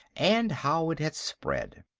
and how it had spread.